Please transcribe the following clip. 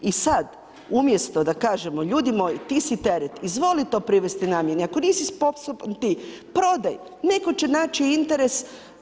I sad, umjesto da kažemo ljudi moji ti si teret, izvoli to privesti namjerni, ako nisi sposoban ti, prodaj, netko će naći interes.